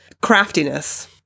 craftiness